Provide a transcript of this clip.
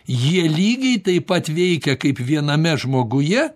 jie lygiai taip pat veikia kaip viename žmoguje